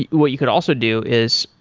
what you could also do is,